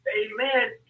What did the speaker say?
Amen